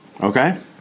okay